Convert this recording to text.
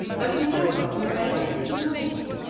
but minerva, who favors ingenuity,